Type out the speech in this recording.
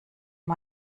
von